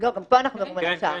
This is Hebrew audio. טיעון, ומניעת העסקה זה בשלב ההרשעה.